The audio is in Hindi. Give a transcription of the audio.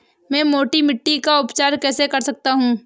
मैं मोटी मिट्टी का उपचार कैसे कर सकता हूँ?